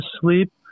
sleep